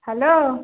hello